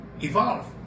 evolve